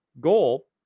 goal